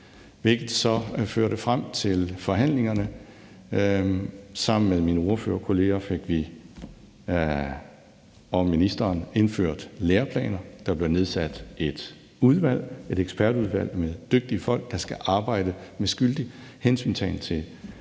hvilket så førte frem til forhandlingerne. Sammen med mine ordførerkolleger og ministeren fik vi indført læreplaner, og der blev nedsat et udvalg – et ekspertudvalg med dygtige folk, der skal arbejde med skyldig hensyntagen